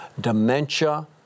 dementia